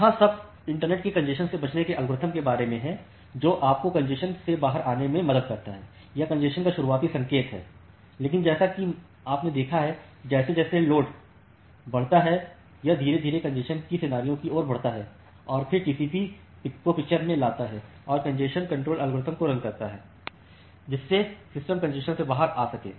यह सब इंटरनेट में कॅन्जेशन से बचने के एल्गोरिथ्म के बारे में है जो आपको कॅन्जेशन से बाहर आने में मदद करता है या कॅन्जेशन का शुरुआती संकेत है लेकिन जैसा कि आपने देखा है कि जैसे जैसे लोड बढ़ता है यह धीरे धीरे कॅन्जेशन के सिनेरियो की ओर बढ़ता है और फिर टीसीपीको पिक्चर में लाता है और कॅन्जेशन कंट्रोल एल्गोरिथ्म को रन करता है जिससे सिस्टम कॅन्जेशन से बाहर आ सके